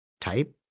type